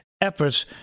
efforts